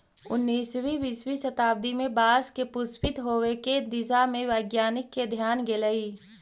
उन्नीसवीं बीसवीं शताब्दी में बाँस के पुष्पित होवे के दिशा में वैज्ञानिक के ध्यान गेलई